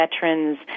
veterans